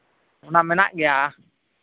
ᱚᱱᱟ ᱢᱮᱱᱟᱜ ᱜᱮᱭᱟ